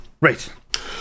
Right